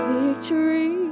victory